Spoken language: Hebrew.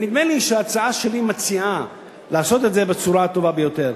ונדמה לי שההצעה שלי מציעה לעשות את זה בצורה הטובה ביותר,